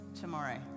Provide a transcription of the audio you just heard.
tomorrow